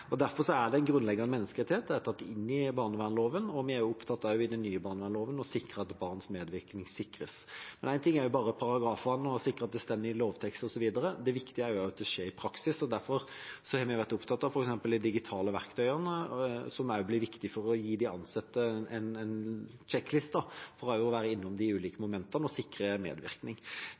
Derfor er det en grunnleggende menneskerettighet, det er tatt inn i barnevernsloven, og vi er opptatt av i den nye barnevernsloven at barns medvirkning sikres. En ting er bare paragrafene og å sikre at det står i lovteksten osv., men det viktige er at det skjer i praksis. Derfor har vi vært opptatt av f.eks. de digitale verktøyene, som også blir viktige for å gi de ansatte en sjekkliste for å være innom de ulike momentene og å sikre medvirkning.